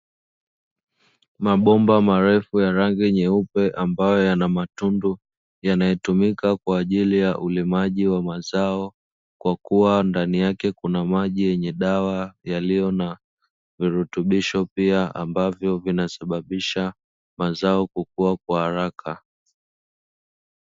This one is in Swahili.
Mabomba marefu ya rangi nyeupe ambayo yana matundu yanayotumika kwa ajili ya ulimaji wa mazao, kwa kuwa ndani yake kuna maji yenye dawa yaliyo na virutubisho pia ambavyo vinasababisha mazao kukua kwa haraka.